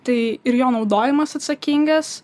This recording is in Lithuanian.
tai ir jo naudojimas atsakingas